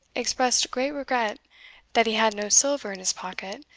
expressed great regret that he had no silver in his pocket,